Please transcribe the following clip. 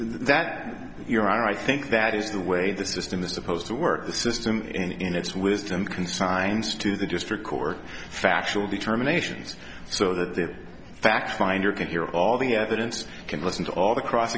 that your honor i think that is the way the system is supposed to work the system in its wisdom consigns to the district court factual determination so that the fact finder can hear all the evidence can listen to all the cross